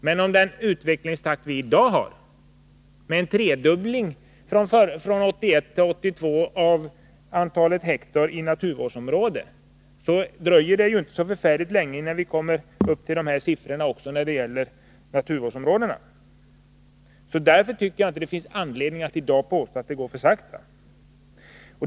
Men med den utvecklingstakt som vi har i dag med en tredubbling från 1981 till 1982 av antalet hektar i naturvårdsområden dröjer det inte så länge förrän vi kommer upp i dessa siffror också när det gäller naturvårdsområdena. Det finns därför ingen anledning att i dag påstå att det går för sakta.